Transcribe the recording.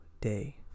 day